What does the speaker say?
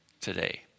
today